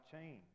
change